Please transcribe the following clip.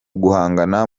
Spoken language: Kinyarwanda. guhangana